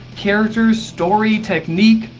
characters, story, technique,